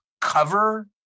cover